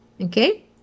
okay